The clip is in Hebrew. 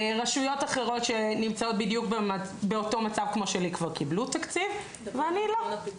רשויות אחרות שנמצאות בדיוק באותו מצב כמו שלי כבר קיבלו תקציב ואני לא.